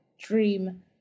dream